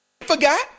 forgot